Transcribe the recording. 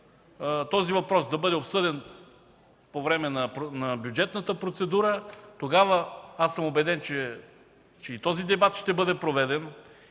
въпросът да бъде обсъден по време на бюджетната процедура. Тогава съм убеден, че този дебат ще бъде проведен